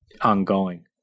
ongoing